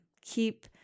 Keep